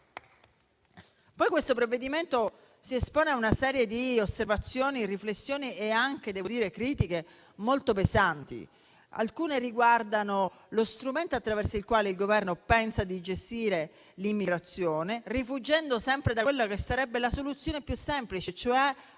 questo provvedimento si espone a una serie di osservazioni, riflessioni e anche critiche molto pesanti. Alcune riguardano lo strumento attraverso il quale il Governo pensa di gestire l'immigrazione, rifuggendo sempre da quella che sarebbe la soluzione più semplice, e cioè avviare un percorso legislativo tradizionale;